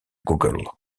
google